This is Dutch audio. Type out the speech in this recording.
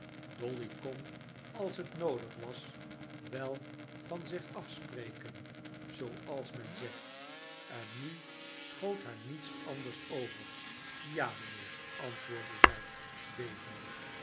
dolly kon als het noodig was wel van zich afspreken zooals men zegt en nu schoot haar niet anders over ja mijnheer antwoordde zij bevende